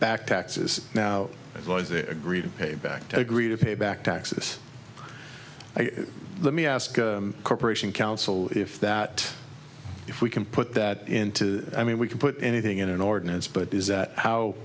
back taxes now because they agreed to pay back to agree to pay back taxes let me ask corporation counsel if that if we can put that into i mean we can put anything in an ordinance but is that how